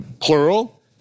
plural